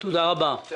אני רוצה לברך